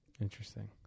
Interesting